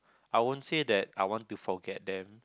I won't say that I want to forget them